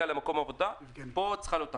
למקום העבודה לגביהם צריכה להיות אכיפה,